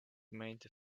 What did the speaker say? made